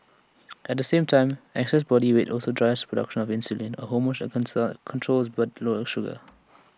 at the same time excess body weight also drives the production of insulin A hormone that concern controls blood levels sugar